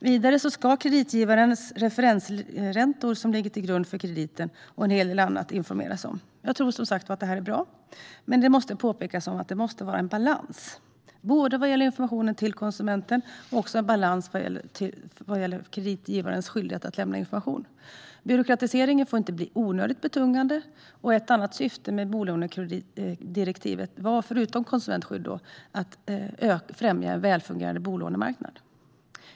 Vidare ska kreditgivaren informera om referensräntor och en hel del annat som ligger till grund för krediten. Jag tror som sagt att detta är bra, men vikten av balans måste påpekas. Det måste finnas balans både vad gäller information till konsumenten och vad gäller kreditgivarens skyldighet att lämna information. Byråkratiseringen får inte bli onödigt betungande, och ett annat syfte med bolånedirektivet - förutom konsumentskydd - var att främja en välfungerande bolånemarknad.